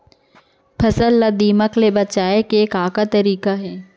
फसल ला दीमक ले बचाये के का का तरीका हे?